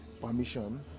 permission